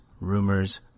rumors